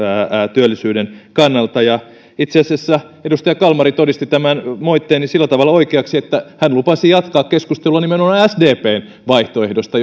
työllisyyden kannalta ja itse asiassa edustaja kalmari todisti tämän moitteeni sillä tavalla oikeaksi että hän lupasi jatkaa keskustelua nimenomaan sdpn vaihtoehdosta